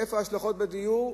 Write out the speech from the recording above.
איפה ההשלכות בדיור?